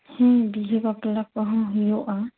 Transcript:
ᱦᱮᱸ ᱵᱤᱦᱟᱹ ᱵᱟᱯᱞᱟ ᱠᱚᱦᱚᱸ ᱦᱩᱭᱩᱜᱼᱟ